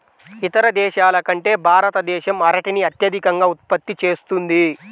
ఇతర దేశాల కంటే భారతదేశం అరటిని అత్యధికంగా ఉత్పత్తి చేస్తుంది